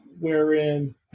wherein –